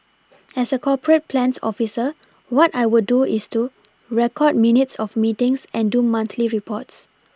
as a corporate plans officer what I would do is to record minutes of meetings and do monthly reports